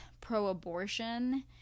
pro-abortion